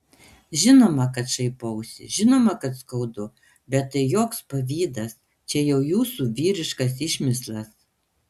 žinoma kad šaipausi žinoma kad skaudu bet tai joks pavydas čia jau jūsų vyriškas išmislas